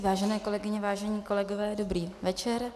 Vážené kolegyně, vážení kolegové, dobrý večer.